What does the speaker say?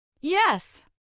Yes